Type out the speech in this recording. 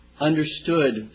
understood